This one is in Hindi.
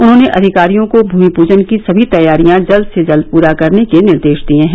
उन्होंने अधिकारियों को भूमि पूजन की सभी तैयारियां जल्द से जल्द पूरा करने के निर्देश दिए हैं